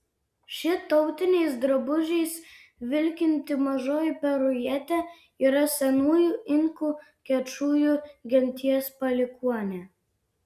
ši tautiniais drabužiais vilkinti mažoji perujietė yra senųjų inkų kečujų genties palikuonė